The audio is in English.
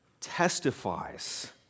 testifies